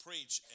Preach